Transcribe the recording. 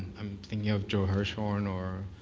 i'm thinking of joe hirshhorn or